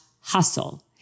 hustle